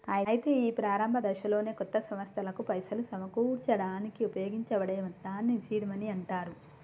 అయితే ఈ ప్రారంభ దశలోనే కొత్త సంస్థలకు పైసలు సమకూర్చడానికి ఉపయోగించబడే మొత్తాన్ని సీడ్ మనీ అంటారు